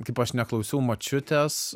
kaip aš neklausiau močiutės